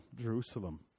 Jerusalem